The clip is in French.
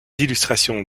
illustrations